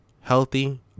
healthy